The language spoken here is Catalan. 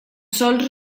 sòls